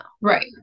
Right